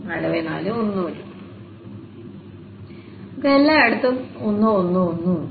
നമുക്കു എല്ലാത്തിനും 1 1 1 ഉണ്ട്